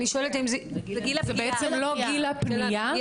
אני שואלת אם זה זה בעצם לא גיל הפנייה,